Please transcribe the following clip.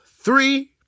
three